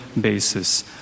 basis